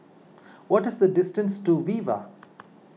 what is the distance to Viva